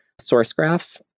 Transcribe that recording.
SourceGraph